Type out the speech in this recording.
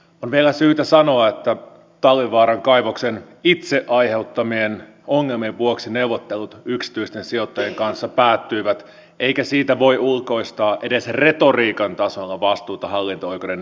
on vielä syytä sanoa että talvivaaran kaivoksen itse aiheuttamien ongelmien vuoksi neuvottelut yksityisten sijoittajien kanssa päättyivät eikä siitä voi ulkoistaa edes retoriikan tasolla vastuuta hallinto oikeuden niskaan